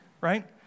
right